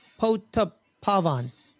Potapavan